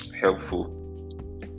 helpful